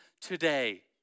today